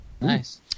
Nice